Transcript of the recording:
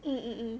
mm mm mm